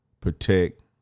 protect